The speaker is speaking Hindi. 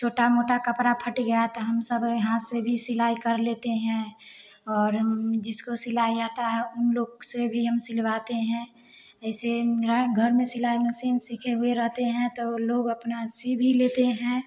छोटा मोटा कपड़ा फट गया तो हम सब यहाँ से भी सिलाई कर लेते हैं और जिसको सिलाई आता है उन लोग से भी हम सिलवाते हैं ऐसे मेरा एक घर सिलाई मसीन सीखे हुए रहते हैं तो वो लोग अपना सी भी लेते हैं